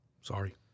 Sorry